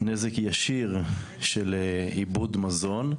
נזק ישיר של איבוד מזון.